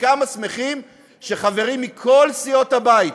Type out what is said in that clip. וכמה שמחים שחברים מכל סיעות הבית